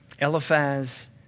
eliphaz